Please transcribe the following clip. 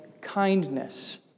kindness